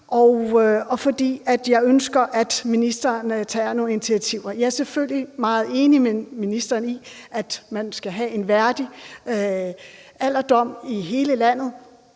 og fordi jeg ønsker, at ministeren tager nogle initiativer. Jeg er selvfølgelig meget enig med ministeren i, at man skal have en værdig alderdom i hele landet,